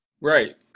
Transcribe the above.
Right